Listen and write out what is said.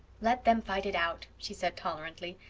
let them fight it out, she said tolerantly.